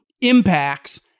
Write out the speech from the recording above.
impacts